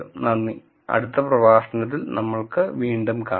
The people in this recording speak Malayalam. നന്ദി അടുത്ത പ്രഭാഷണത്തിൽ നമ്മൾക്ക് വീണ്ടും കാണാം